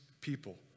people